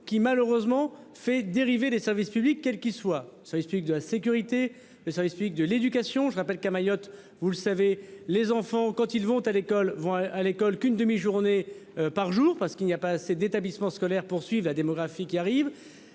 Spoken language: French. qui malheureusement fait dériver des services publics, quel qu'il soit ça explique de la sécurité. Le service public de l'éducation. Je rappelle qu'à Mayotte, vous le savez, les enfants quand ils vont à l'école, vont à l'école qu'une demi-journée par jour parce qu'il n'y a pas assez d'établissements scolaires poursuivent la démographie qui arrive.